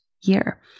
year